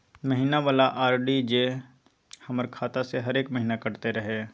महीना वाला आर.डी जे हमर खाता से हरेक महीना कटैत रहे?